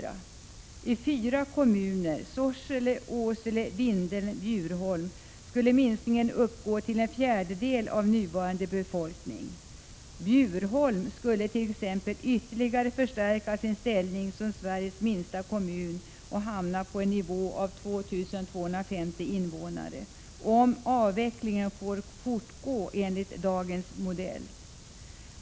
I de fyra kommunerna Sorsele, Åsele, Vindeln och Bjurholm skulle minskningen uppgå till en fjärdedel av nuvarande folkmängd. Bjurholm t.ex. skulle ytterligare förstärka sin ställning som Sveriges minsta kommun och hamna på en nivå av 2 250 invånare, om avvecklingen skulle få fortgå enligt dagens modell.